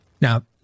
Now